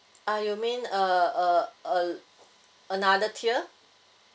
ah you mean uh uh uh another tier